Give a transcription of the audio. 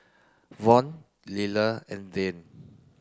Von Liller and Dayne